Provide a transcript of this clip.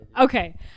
Okay